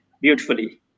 beautifully